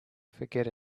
forget